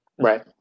right